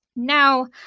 now,